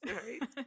right